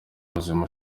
muzima